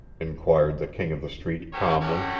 inquired the king of the street calmly.